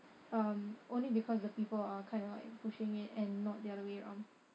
um only because the people are kinda like pushing it and not the other way round